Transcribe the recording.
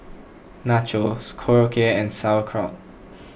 Nachos Korokke and Sauerkraut